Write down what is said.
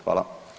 Hvala.